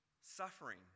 suffering